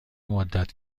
مدت